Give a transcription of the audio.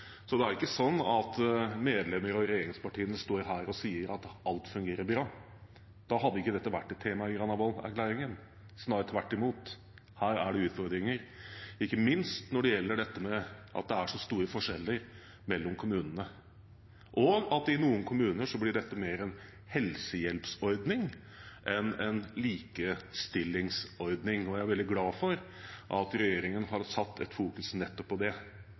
Så det er ikke sånn at medlemmer av regjeringspartiene står her og sier at alt fungerer bra. Da hadde ikke dette vært et tema i Granavolden-erklæringen – snarere tvert imot. Her er det utfordringer, ikke minst når det gjelder dette med at det er så store forskjeller mellom kommunene, og at dette i noen kommuner blir mer en helsehjelpsordning enn en likestillingsordning. Og jeg er veldig glad for at regjeringen har fokusert på nettopp det,